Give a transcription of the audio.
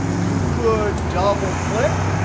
you could double click,